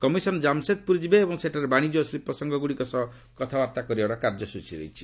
commission Jamshedpur ଯିବେ ଏବଂ ସେଠାରେ ବାଣିଜ ଓ ଶିଳ୍ପସଂଘଗୁଡ଼ିକ ସହ କଥାବାର୍ତ୍ତା କରିବାର କାର୍ଯ୍ୟସ୍ଟଚୀ ରହିଛି